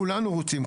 כולנו רוצים,